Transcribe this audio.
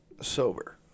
sober